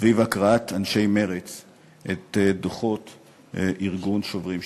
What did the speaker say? סביב הקראת אנשי מרצ את דוחות ארגון "שוברים שתיקה".